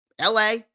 LA